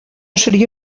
seria